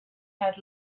had